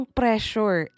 pressure